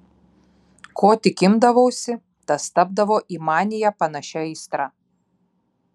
ko tik imdavausi tas tapdavo į maniją panašia aistra